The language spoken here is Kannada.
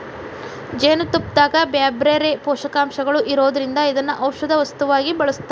ಜೇನುತುಪ್ಪದಾಗ ಬ್ಯಾರ್ಬ್ಯಾರೇ ಪೋಷಕಾಂಶಗಳು ಇರೋದ್ರಿಂದ ಇದನ್ನ ಔಷದ ವಸ್ತುವಾಗಿ ಬಳಸ್ತಾರ